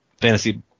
fantasy